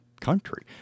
country